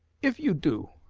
if you do,